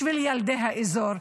בשביל ילדי האזור,